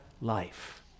life